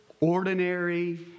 ordinary